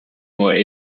more